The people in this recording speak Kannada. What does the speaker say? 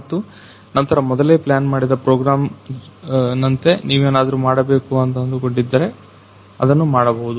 ಮತ್ತು ನಂತರ ಮೊದಲೆ ಪ್ಲಾನ್ ಮಾಡಿದ ಪ್ರೊಗ್ರಾಮ್ ನಂತೆ ನೀವೇನಾದ್ರು ಮಾಡಬೇಕು ಅಂತ ಅಂದುಕೊಂಡಿದ್ದರೆ ಅದನ್ನ ಮಾಡಬಹುದು